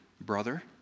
brother